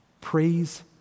praise